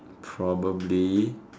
probably